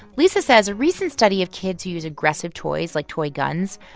lisa says a recent study of kids who use aggressive toys like toy guns,